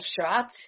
shot